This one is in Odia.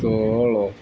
ତଳ